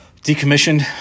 decommissioned